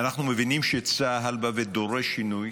אנחנו מבינים שצה"ל בא ודורש שינוי.